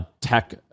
tech